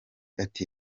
ati